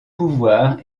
pouvoirs